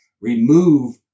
Remove